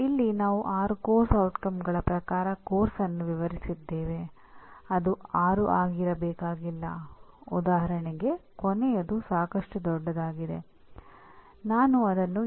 ಆದ್ದರಿಂದ outcome based education ಮೂಲತತ್ವವೆಂದರೆ ಪಠ್ಯಕ್ರಮ ಮತ್ತು ಸೂಚನೆ ಮತ್ತು ಅಂದಾಜುವಿಕೆ ಈ ಎಲ್ಲವನ್ನು ನೀವು ಪರಿಣಾಮಗಳ ಸುತ್ತಲೂ ಯೋಜಿಸಬೇಕಾಗಿದೆ